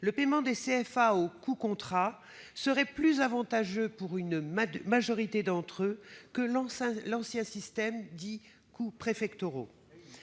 le paiement des CFA au « coût contrat » serait plus avantageux pour une majorité d'entre eux que l'ancien système dit des « coûts préfectoraux